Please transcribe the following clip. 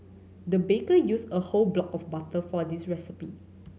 the baker used a whole block of butter for this recipe